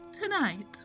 Tonight